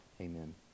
Amen